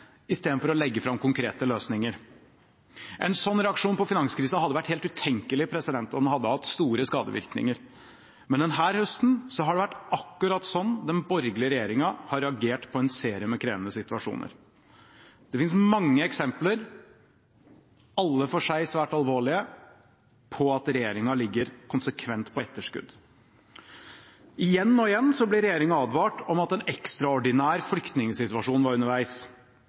istedenfor å legge fram konkrete løsninger? En slik reaksjon på finanskrisen hadde vært helt utenkelig, og den ville hatt store skadevirkninger. Men denne høsten har det vært akkurat slik den borgerlige regjeringen har reagert på en serie med krevende situasjoner. Det finnes mange eksempler – alle svært alvorlige – på at regjeringen ligger konsekvent på etterskudd. Igjen og igjen ble regjeringen advart om at en ekstraordinær flyktningsituasjon var underveis.